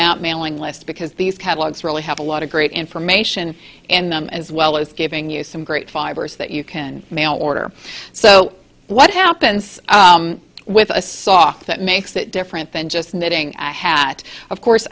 that mailing list because these catalogs really have a lot of great information in them as well as giving you some great fibers that you can mail order so what happens with a saw that makes it different than just knitting i had of course